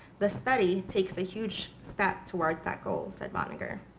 the study takes a huge step toward that goal said banagher.